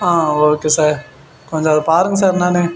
ஆ okay sir கொஞ்சம் அதை பாருங்கள் சார் என்னன்னு